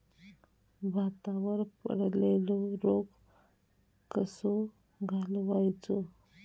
भातावर पडलेलो रोग कसो घालवायचो?